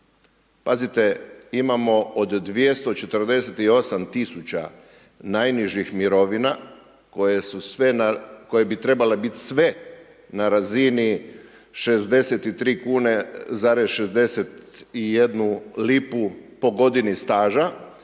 Pazite imamo od 248 tisuća najnižih mirovina koje su sve na, koje bi trebale bit sve na razini 63 kune zarez 61 lipu po godini staža